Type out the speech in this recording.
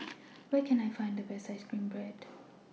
Where Can I Find The Best Ice Cream Bread